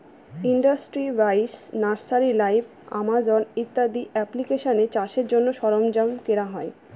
industry বাইশ, nursery live, Amazon ইত্যাদি এপ্লিকেশানে চাষের জন্য সরঞ্জাম কেনা হয়